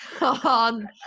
on